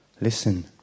listen